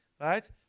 right